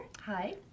Hi